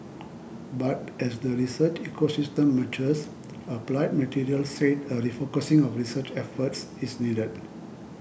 but as the research ecosystem matures Applied Materials said a refocusing of research efforts is needed